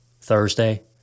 Thursday